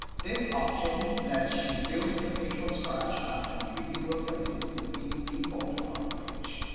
this option lets you build the page from scratch that completely replaces the themes default product page